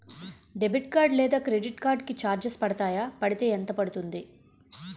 Debit card లేదా credit card కి charges పడతాయా? పడితే ఎంత పడుతుంది?